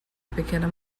pequena